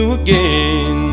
again